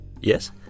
Yes